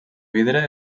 vidre